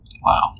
wow